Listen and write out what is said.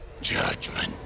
Judgment